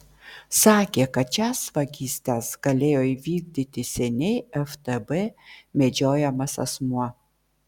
sakė kad šias vagystes galėjo įvykdyti seniai ftb medžiojamas asmuo